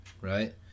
right